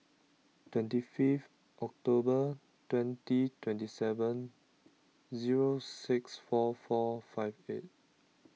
twenty fifth October twenty twenty seven zero six four four five eight